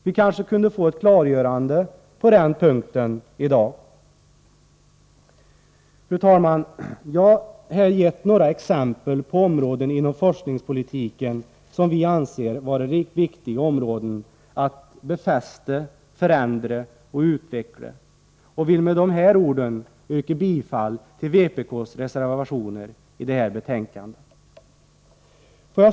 Vi kanske kunde få ett klargörande på den punkten i dag. Fru talman! Jag har här gett några exempel på områden inom forskningspolitiken som vi anser vara viktiga områden att befästa, förändra och utveckla. Jag vill med dessa ord yrka bifall till vpk:s reservationer i detta betänkande.